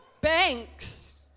Banks